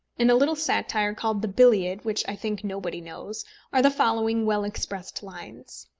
in a little satire called the biliad, which, i think, nobody knows, are the following well-expressed lines